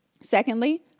Secondly